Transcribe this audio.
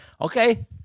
Okay